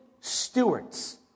stewards